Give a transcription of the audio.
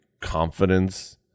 confidence